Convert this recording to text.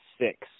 six